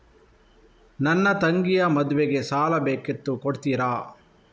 ನನ್ನ ತಂಗಿಯ ಮದ್ವೆಗೆ ಸಾಲ ಬೇಕಿತ್ತು ಕೊಡ್ತೀರಾ?